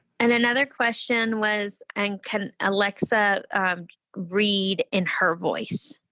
and another question was and can alexa read in her voice?